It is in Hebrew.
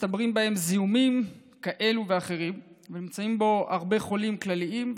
מצטברים בהם זיהומים כאלה ואחרים ונמצאים בהם הרבה חולים כלליים,